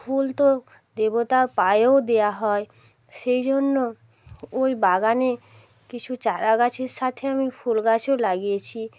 ফুল তো দেবতার পায়েও দেয়া হয় সেই জন্য ওই বাগানে কিছু চারা গাছের সাথে আমি ফুল গাছও লাগিয়েছি